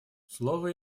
слово